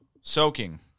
Soaking